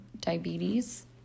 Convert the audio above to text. diabetes